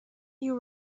you